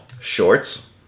shorts